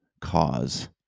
cause